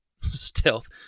Stealth